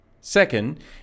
Second